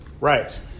Right